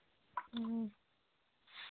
اۭں